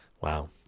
Wow